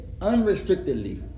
unrestrictedly